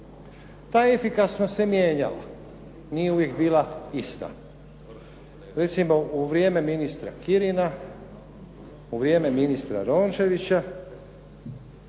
Ta efikasnost se mijenjala, nije uvijek bila ista. Recimo u vrijeme ministra Kirina, u vrijeme ministra Rončevića